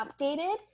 updated